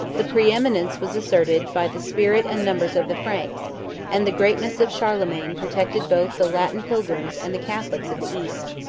the preeminence was asserted by the spirit and numbers of the franks and the greatness of charlemagne protected both the latin pilgrims and the catholics of the east.